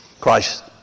Christ